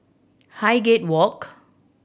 Highgate Walk